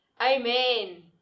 Amen